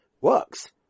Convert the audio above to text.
works